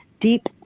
deep